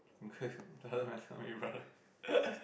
rather myself in front